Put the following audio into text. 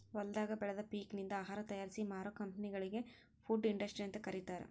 ಹೊಲದಾಗ ಬೆಳದ ಪೇಕನಿಂದ ಆಹಾರ ತಯಾರಿಸಿ ಮಾರೋ ಕಂಪೆನಿಗಳಿ ಫುಡ್ ಇಂಡಸ್ಟ್ರಿ ಅಂತ ಕರೇತಾರ